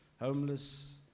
homeless